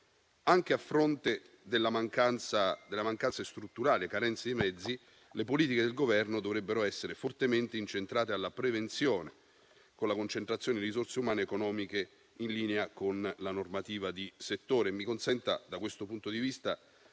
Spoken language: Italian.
Anche a fronte della strutturale carenza di mezzi, le politiche del Governo dovrebbero essere fortemente incentrate sulla prevenzione, con la concentrazione di risorse umane ed economiche in linea con la normativa di settore. Mi consenta da questo punto di vista